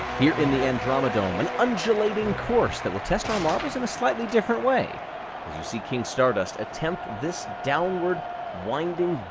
here in the andromedome an undulating course that will test our marbles in a slightly different way, as you see king stardust attempt this downward winding,